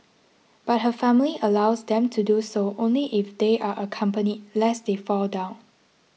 but her family allows them to do so only if they are accompanied lest they fall down